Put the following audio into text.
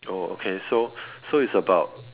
oh okay so so is about